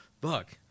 Buck